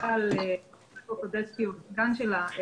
פרופסור סדצקי או הסגן שלה,